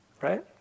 right